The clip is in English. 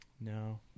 No